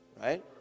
Right